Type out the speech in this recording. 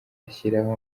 ashyiraho